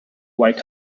white